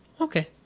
Okay